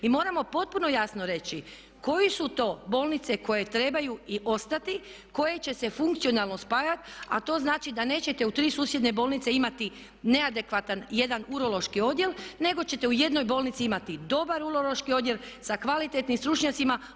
Mi moramo potpuno jasno reći koji su to bolnice koje trebaju ostati koje će se funkcionalno spajati, a to znači da nećete u tri susjedne bolnice imati neadekvatan jedan urološki odjel, nego ćete u jednoj bolnici imati dobar urološki odjel sa kvalitetnim stručnjacima.